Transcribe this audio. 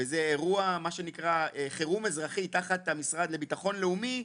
וזה אירוע חירום אזרחי תחת המשרד לביטחון לאומי,